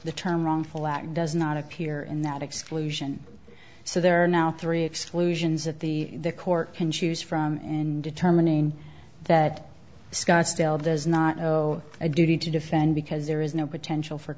the term wrongful act does not appear in that exclusion so there are now three exclusions of the court can choose from and determining that scottsdale does not owe a duty to defend because there is no potential for